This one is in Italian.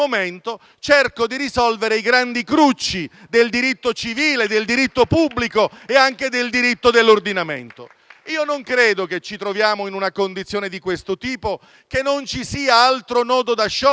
cercava di risolvere i grandi crucci del diritto civile, del diritto pubblico e anche del diritto dell'ordinamento. *(Applausi dal Gruppo PD)*. Non credo che ci troviamo in una condizione di questo tipo, che non ci sia altro nodo da sciogliere